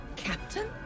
Captain